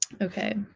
Okay